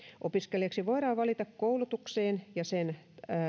opiskelijaksi voidaan valita koulutukseen ja sen